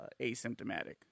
asymptomatic